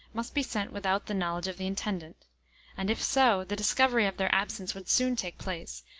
must be sent without the knowledge of the intendant and if so, the discovery of their absence would soon take place,